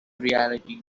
reality